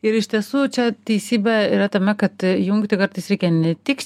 ir iš tiesų čia teisybė yra tame kad jungti kartais reikia ne tik